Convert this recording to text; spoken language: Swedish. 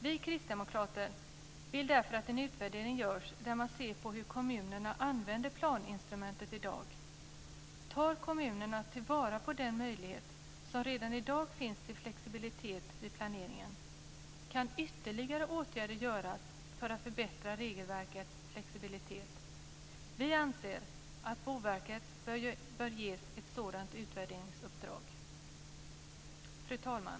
Vi kristdemokrater vill därför att en utvärdering görs där man tittar på hur kommunerna i dag använder planinstrumentet. Tar kommunerna till vara den möjlighet till flexibilitet vid planeringen som redan i dag finns? Kan ytterligare åtgärder vidtas för att förbättra regelverkets flexibilitet? Vi anser att Boverket bör ges ett sådant utvärderingsuppdrag. Fru talman!